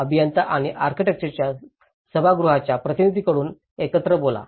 अभियंता व आर्किटेक्टच्या सभागृहांच्या प्रतिनिधींकडून एकत्र बोला